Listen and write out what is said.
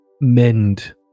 mend